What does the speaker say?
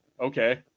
okay